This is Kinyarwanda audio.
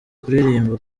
kuririmba